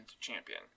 champion